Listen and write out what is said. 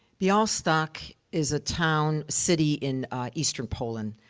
bialystok is a town city in eastern poland.